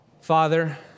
Father